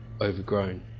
overgrown